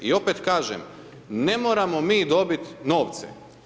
I opet kažem, ne moramo mi dobiti novce.